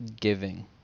giving